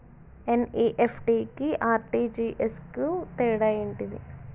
NEFT కి RTGS కు తేడా ఏంటిది?